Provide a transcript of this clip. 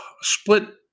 split